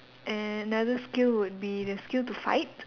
another skill would be the skill to fight